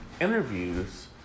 interviews